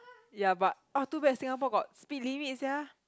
ya but too bad Singapore Got speed limit sia